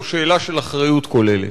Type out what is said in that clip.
זו שאלה של אחריות כוללת.